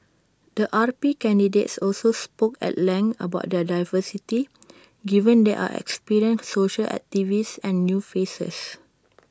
the R P candidates also spoke at length about their diversity given there are experienced social activists and new faces